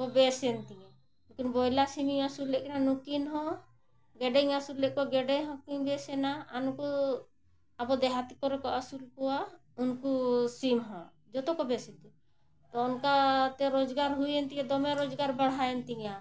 ᱠᱚ ᱵᱮᱥᱮᱱ ᱛᱤᱧᱟᱹ ᱩᱱᱠᱤᱱ ᱵᱚᱭᱞᱟ ᱥᱤᱢᱤᱧ ᱟᱹᱥᱩᱞ ᱞᱮᱫᱟ ᱱᱩᱠᱤᱱ ᱦᱚᱸ ᱜᱮᱰᱮᱧ ᱟᱹᱥᱩᱞ ᱞᱮᱫ ᱠᱚ ᱜᱮᱰᱮ ᱦᱚᱸᱠᱤᱱ ᱵᱮᱥᱮᱱᱟ ᱟᱨ ᱱᱩᱠᱩ ᱟᱵᱚ ᱰᱤᱦᱟᱹᱛ ᱠᱚᱨᱮ ᱠᱚ ᱟᱹᱥᱩᱞ ᱠᱚᱣᱟ ᱩᱱᱠᱩ ᱥᱤᱢᱦᱚᱸ ᱡᱚᱛᱚ ᱠᱚ ᱵᱮᱥ ᱮᱱᱟ ᱛᱳ ᱚᱱᱠᱟᱛᱮ ᱨᱳᱡᱽᱜᱟᱨ ᱦᱩᱭᱮᱱ ᱛᱤᱧᱟᱹ ᱫᱚᱢᱮ ᱨᱚᱡᱽᱜᱟᱨ ᱵᱟᱲᱦᱟᱣᱮᱱ ᱛᱤᱧᱟᱹ